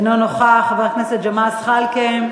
אינו נוכח, חבר הכנסת ג'מאל זחאלקה,